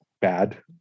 bad